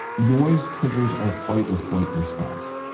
noise triggers our fight or flight response,